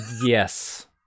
Yes